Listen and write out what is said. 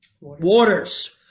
Waters